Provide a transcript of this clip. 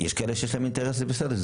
יש כאלה שיש להם אינטרס, וזה בסדר.